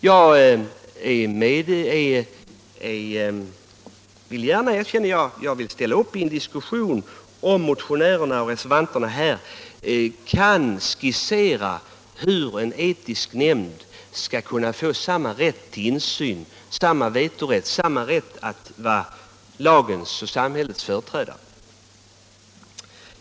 Jag ställer gärna upp i en diskussion, om motionärerna och reservanten kan skissera hur en etisk nämnd skall kunna få samma rätt till insyn, samma vetorätt, samma rätt att vara lagens och samhällets företrädare.